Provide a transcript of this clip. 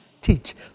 Teach